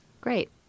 Great